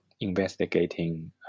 investigating